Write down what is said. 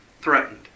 threatened